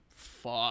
fuck